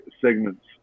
segments